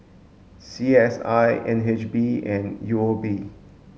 C S I N H B and U O B